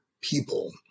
people